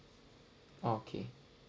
okay